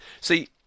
See